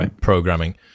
programming